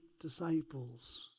disciples